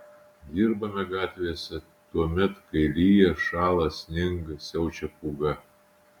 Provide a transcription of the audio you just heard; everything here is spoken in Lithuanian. dirbame gatvėse tuomet kai lyja šąla sninga siaučia pūga